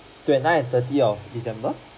twenty nine and thirty of december